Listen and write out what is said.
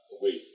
away